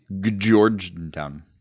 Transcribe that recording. Georgetown